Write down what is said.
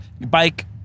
Bike